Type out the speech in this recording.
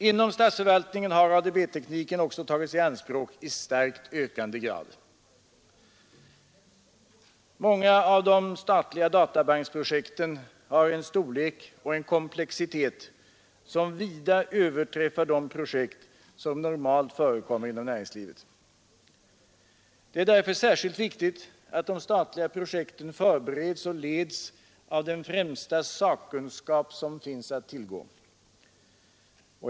Inom statsförvaltningen har ADB-tekniken också tagits i anspråk i starkt ökande grad. Många av de statliga databanksprojekten har en storlek och en komplexitet som vida överträffar de projekt som normalt förekommer inom näringslivet. Det är därför särskilt viktigt att de statliga projekten förbereds och leds av den främsta sakkunskap som finns att tillgå.